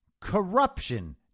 corruption